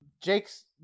Jake's